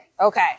Okay